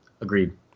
Agreed